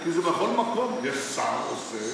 כי בכל מקום יש שר שעושה,